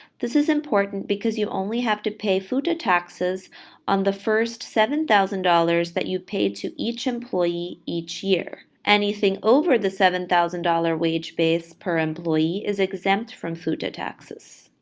this is important because you only have to pay futa taxes on the first seven thousand dollars that you paid to each employee each year. anything over the seven thousand dollars wage base per employee is exempt from futa taxes.